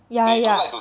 yeah yeah